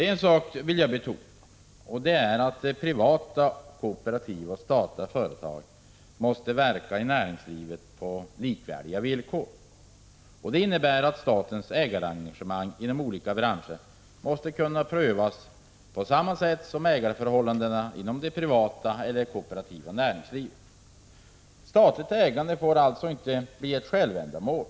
En sak vill jag betona: Privata, kooperativa och statliga företag måste verka i näringslivet på likvärdiga villkor. Det innebär att statens ägarengagemang inom olika branscher måste kunna prövas på samma sätt som ägarförhållandena inom det privata eller kooperativa näringslivet. Statligt ägande får alltså inte bli ett självändamål.